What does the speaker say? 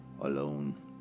alone